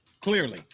Clearly